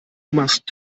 machst